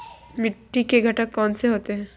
मिट्टी के घटक कौन से होते हैं?